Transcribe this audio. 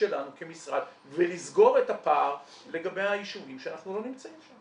שלנו כמשרד ולסגור את הפער לגבי היישובים שאנחנו לא נמצאים שם.